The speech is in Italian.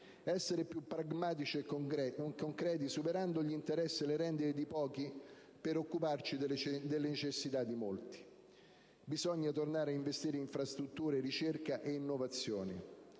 Essere più pragmatici e concreti, superando gli interessi e le rendite di pochi, per occuparci delle necessità di molti. Bisogna tornare a investire in infrastrutture, in ricerca e innovazione.